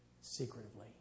secretively